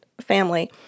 family